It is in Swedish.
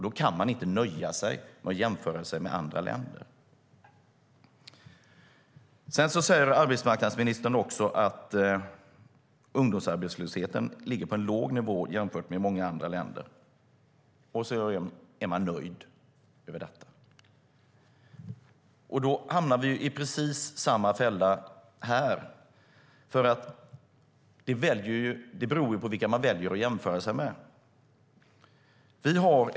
Då kan man inte nöja sig med att jämföra sig med andra länder. Arbetsmarknadsministern säger också att ungdomsarbetslösheten ligger på en låg nivå jämfört med många andra länder, och så är hon nöjd med det. Då hamnar vi i samma fälla, för det beror på vilka man väljer att jämföra sig med.